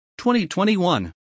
2021